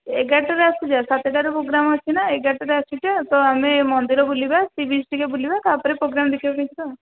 ଏଗାରଟାରେ ଆସିଯା ସାତଟାରେ ପୋଗ୍ରାମ୍ ଅଛି ନା ଏଗାରଟାରେ ଆସିଯା ତ ଆମେ ମନ୍ଦିର ବୁଲିବା ସୀ ବୀଚ୍ ଟିକିଏ ବୁଲିଆ ତା'ପରେ ପୋଗ୍ରାମ୍ ଦେଖିବା ପାଇଁ ଯିବା ଆଉ